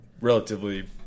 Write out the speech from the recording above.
relatively